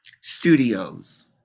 studios